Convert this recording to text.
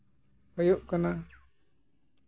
ᱦᱩᱭᱩᱜ ᱠᱟᱱᱟ